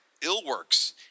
Illworks